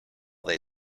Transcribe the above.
they